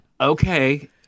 Okay